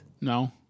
No